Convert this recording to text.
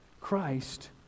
Christ